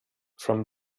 from